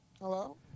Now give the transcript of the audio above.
Hello